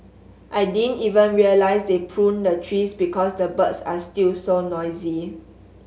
I didn't even realise they pruned the trees because the birds are still so noisy